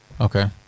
Okay